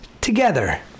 together